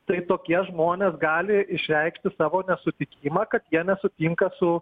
tai tokie žmonės gali išreikšti savo nesutikimą kad jie nesutinka su